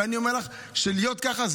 ואני אגיד לך יותר מזה.